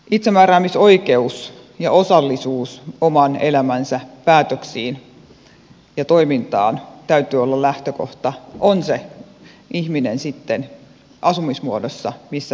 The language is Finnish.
itsemääräämisoikeus ja osallisuus oman elämänsä päätöksiin ja toimintaan täytyy olla lähtökohta on se ihminen sitten asumismuodossa missä tahansa